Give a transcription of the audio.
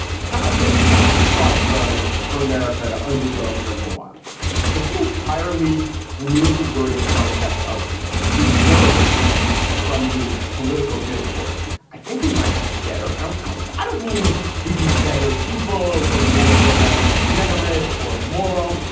how about this is a thought experiment for america to undergo for a little while if we entirely remove the word and concept of deserve from the political discourse? i think we might have better outcomes. i don't mean we'd be better people or more or less generous or moral.